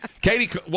Katie